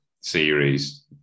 series